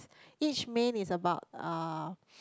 each main is about uh